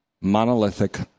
monolithic